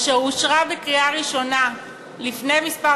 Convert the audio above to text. אשר אושרה בקריאה ראשונה לפני כמה